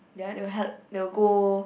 ya they will help they will go